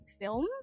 film